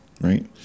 right